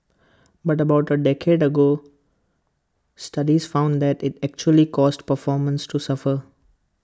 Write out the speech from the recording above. but about A decade ago studies found that IT actually caused performances to suffer